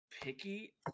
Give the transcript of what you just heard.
picky